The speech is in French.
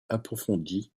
approfondies